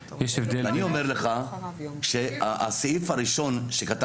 אני אומר לך שהסעיף הראשון שכתבת